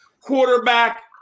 quarterback